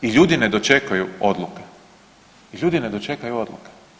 I ljudi ne dočekaju Odluke, ljudi ne dočekaju Odluke.